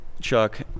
Chuck